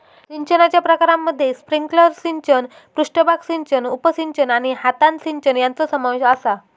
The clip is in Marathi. सिंचनाच्या प्रकारांमध्ये स्प्रिंकलर सिंचन, पृष्ठभाग सिंचन, उपसिंचन आणि हातान सिंचन यांचो समावेश आसा